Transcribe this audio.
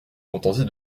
contenter